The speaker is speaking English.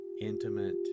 intimate